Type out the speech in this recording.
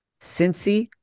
Cincy